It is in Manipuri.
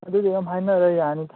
ꯑꯗꯨꯗꯤ ꯑꯗꯨꯝ ꯍꯥꯏꯅꯔ ꯌꯥꯅꯤꯗ